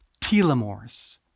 telomeres